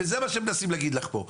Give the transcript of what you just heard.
וזה מה שמנסים להגיד לך פה.